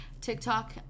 TikTok